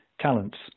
talents